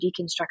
deconstruction